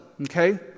Okay